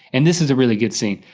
and this is a really good scene,